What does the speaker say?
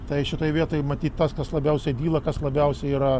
tai šitoj vietoj matyt tas tas labiausiai dyla kas labiausiai yra